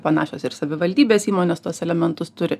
panašios ir savivaldybės įmonės tuos elementus turi